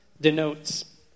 denotes